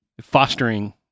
fostering